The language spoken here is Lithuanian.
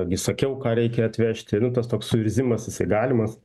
gi sakiau ką reikia atvežti nu tas toks suirzimas jisai galimas